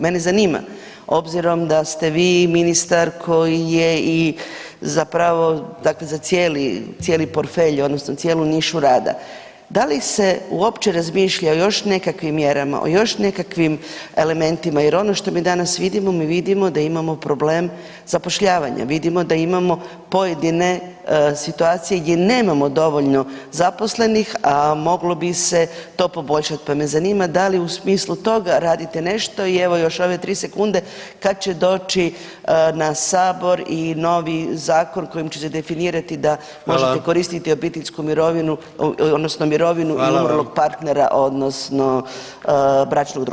Mene zanima obzirom da ste vi ministar koji je zapravo za cijeli portfelj odnosno cijelu nišu rada, da li se uopće razmišlja o još nekakvim mjerama, o još nekakvim elementima jer ono što mi danas vidimo, mi vidimo da imamo problem zapošljavanja, vidimo da imamo pojedine situacije gdje nemamo dovoljno zaposlenih, a moglo bi se to poboljšati pa me zanima da li u smislu toga radite nešto i evo još ove 3 sekunde kad će doći na sabor i novi zakon kojim će se definirati da možete koristiti [[Upadica: Hvala.]] obiteljsku mirovinu odnosno i mirovinu umrlog partnera [[Upadica: Hvala vam.]] odnosno bračnog druga.